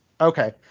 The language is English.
Okay